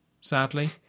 sadly